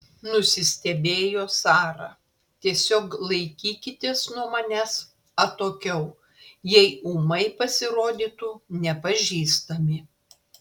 nusistebėjo sara tiesiog laikykitės nuo manęs atokiau jei ūmai pasirodytų nepažįstami